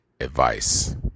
advice